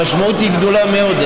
המשמעות היא גדולה מאוד.